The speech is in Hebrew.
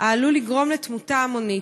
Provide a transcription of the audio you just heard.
ועלול לגרום למוות המוני.